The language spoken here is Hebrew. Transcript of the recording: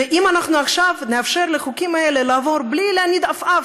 ואם אנחנו עכשיו נאפשר לחוקים האלה לעבור בלי להניד עפעף,